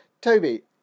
Toby